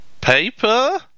Paper